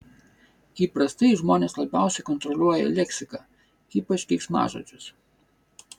įprastai žmonės labiausiai kontroliuoja leksiką ypač keiksmažodžius